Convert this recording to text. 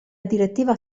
direttiva